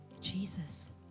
Jesus